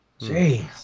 Jeez